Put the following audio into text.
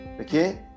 okay